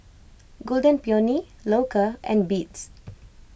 Golden Peony Loacker and Beats